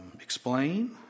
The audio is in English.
explain